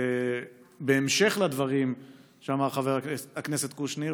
בהמשך לדברים שאמר חבר הכנסת קושניר,